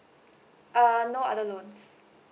uh no other loans